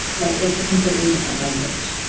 like it's a completely different language.